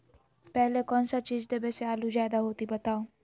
पहले कौन सा चीज देबे से आलू ज्यादा होती बताऊं?